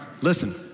listen